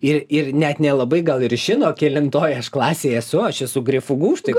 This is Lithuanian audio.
ir ir net nelabai gal ir žino kelintoj aš klasėj esu aš esu grifų gūžtoj